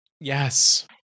Yes